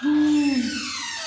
ہوٗن